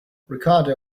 ricardo